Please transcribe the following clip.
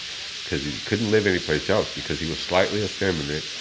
because he couldn't live anyplace else because he was slightly effeminate,